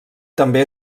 també